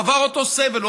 הוא עבר אותו סבל,